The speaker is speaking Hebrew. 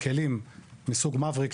כלים מסוג "מבריק",